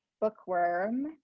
bookworm